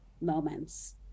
moments